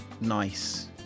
nice